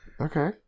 Okay